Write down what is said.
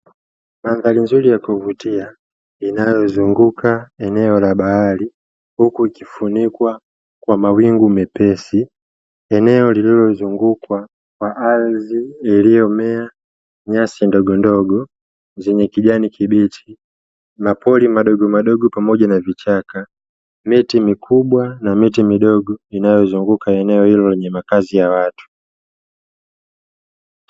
Mandhari nzuri ya kuvutia inayozunguka eneo la bahari, huku ikifunikwa kwa mawingu mepesi. Eneo lililozungukwa kwa ardhi iliyomea nyasi ndogondogo zenye kijani kibichi, mapori madogomadogo pamoja na vichaka, miti mikubwa na miti midogo inayozunguka eneo hilo lenye makazi ya watu.